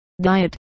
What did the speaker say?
Diet